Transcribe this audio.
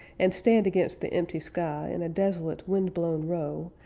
and stand against the empty sky in a desolate, windblown row,